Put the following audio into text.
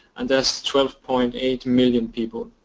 and there's twelve point eight million people.